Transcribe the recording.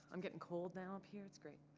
i'm gettin' cold now up here, it's great.